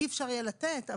אי אפשר יהיה לתת,